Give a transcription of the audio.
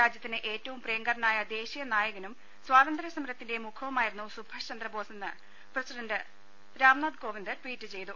രാജ്യത്തിന് ഏറ്റവും പ്രിയങ്കരനായ ദേശീയ നായകനും സ്വാതന്ത്ര്യസമരത്തിന്റെ മുഖവുമായിരുന്നു സുഭാഷ് ചന്ദ്രബോസെന്ന് പ്രസിഡണ്ട് രാംനാഥ് കോവിന്ദ് ട്വീറ്റ് ചെയ്തു